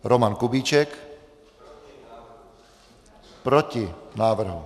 Roman Kubíček: Proti návrhu.